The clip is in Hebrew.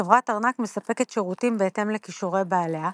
חברת ארנק מספקת שירותים בהתאם לכישורי בעליה.